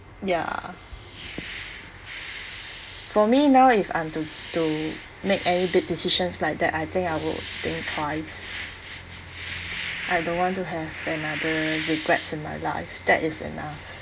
ya for me now if I'm to to make a big decisions like that I think I will think twice I don't want to have another regrets in my life that is enough